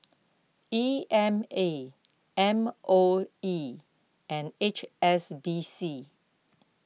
E M A M O E and H S B C